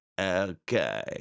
Okay